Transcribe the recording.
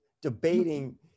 debating